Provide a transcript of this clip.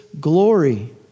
glory